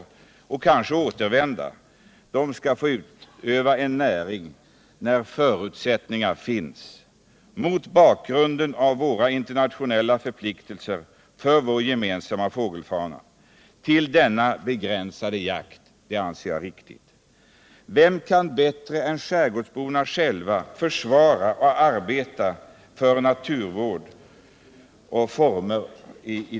Jag tycker att det är riktigt att den befolkningen skall få bedriva denna begränsade vårjakt enligt de förutsättningar som finns med hänsyn till våra internationella förpliktelser för den gemensamma fågelfaunan. Vem kan bättre än skärgårdsborna själva försvara och arbeta för naturvården?